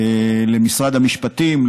למשרד המשפטים,